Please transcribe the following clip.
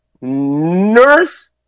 Nurse